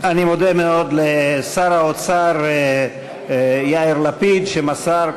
אני מודה מאוד לשר האוצר יאיר לפיד שמסר,